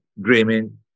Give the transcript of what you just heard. dreaming